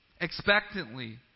expectantly